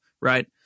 right